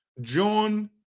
John